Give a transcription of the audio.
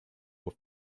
were